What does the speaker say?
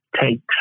take